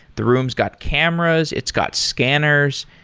the rooms got cameras, it's got scanners.